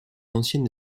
ancienne